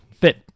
fit